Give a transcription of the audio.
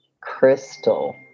crystal